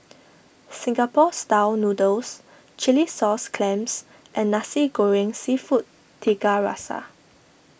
Singapore Style Noodles Chilli Sauce Clams and Nasi Goreng Seafood Tiga Rasa